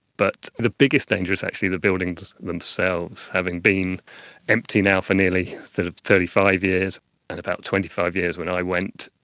but the biggest danger is actually the buildings themselves, having been empty now for nearly thirty five years and about twenty five years when i went,